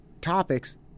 topics